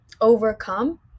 overcome